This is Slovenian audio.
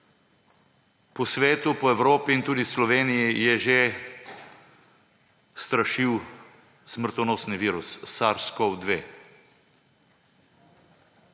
Po svetu, po Evropi in tudi Sloveniji je že strašil smrtonosni virus Sars-Cov-2.